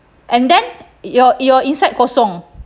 and then your your inside kosong